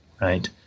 right